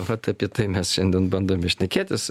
vat apie tai mes šiandien bandome šnekėtis